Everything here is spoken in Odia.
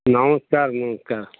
ନମସ୍କାର ନମସ୍କାର